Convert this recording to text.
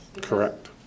Correct